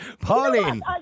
Pauline